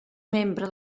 membre